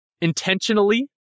intentionally